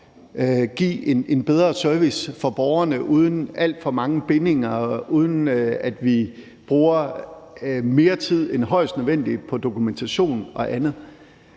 give en bedre service for borgerne uden alt for mange bindinger, og uden at der bruges mere tid end højst nødvendigt på dokumentation og andet.